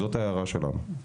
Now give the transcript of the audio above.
זאת ההערה שלנו.